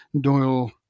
Doyle